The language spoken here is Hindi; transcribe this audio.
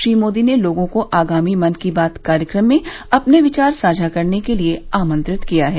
श्री मोदी ने लोगों को आगामी मन की बात कार्यक्रम में अपने विचार साझा करने के लिए आमंत्रित किया है